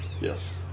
Yes